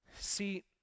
See